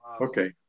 Okay